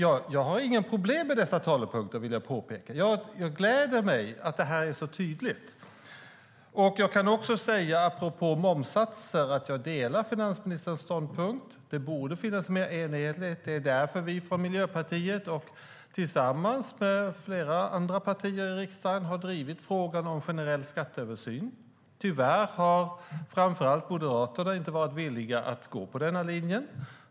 Jag vill påpeka att jag inte har något problem med dessa talepunkter, utan jag gläder mig åt att det är så tydligt. Apropå momssatser kan jag säga att jag delar finansministerns ståndpunkt. Det borde finnas mer enhetlighet. Det är därför vi i Miljöpartiet, tillsammans med flera andra partier i riksdagen, har drivit frågan om generell skatteöversyn. Tyvärr har framför allt Moderaterna inte varit villiga att gå på den linjen.